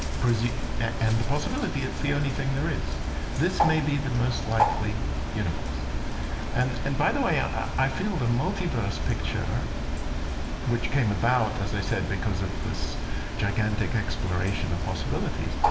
brizzy and possibility it's the only thing there is this may be the most likely universe and and by the way, i i feel the multiverse picture which came about as i said because of this gigantic exploration of possibilities